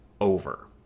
over